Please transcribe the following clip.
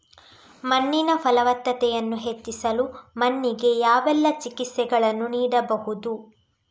ಮಣ್ಣಿನ ಫಲವತ್ತತೆಯನ್ನು ಹೆಚ್ಚಿಸಲು ಮಣ್ಣಿಗೆ ಯಾವೆಲ್ಲಾ ಚಿಕಿತ್ಸೆಗಳನ್ನು ನೀಡಬಹುದು?